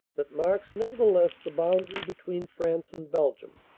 that marks nevertheless the boundary between france and belgium.